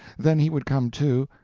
then he would come to,